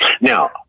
Now